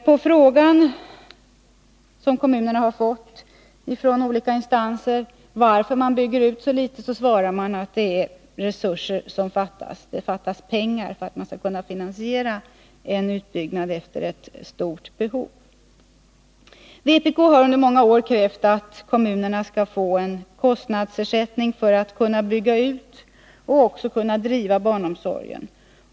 På den fråga som kommunen har fått från olika instanser om varför man bygger ut så litet, svarar man att det är resurser som fattas — det fattas pengar för att man skall kunna finansiera en utbyggnad efter ett stort behov. Vpk har under många år krävt att kommunerna skall få en kostnadsersättning för att kunna bygga ut och driva barnomsorgen.